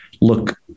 look